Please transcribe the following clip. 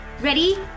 Ready